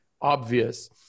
obvious